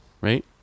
right